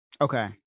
Okay